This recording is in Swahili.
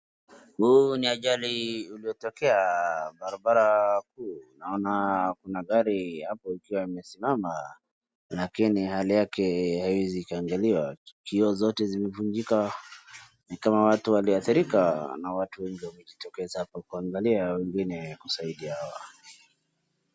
Huu ni ajali uliotokea barabara kuu. Naona kuna gari hapo ikiwa imesimama lakini hali yake haiwezi ikaangaliwa. Kioo zote zimevunjika, ni kama watu waliathirika na watu wengi wamejitokeza kuangalia wengine kusaidia.